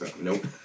Nope